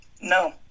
No